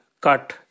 cut